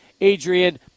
Adrian